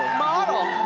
model,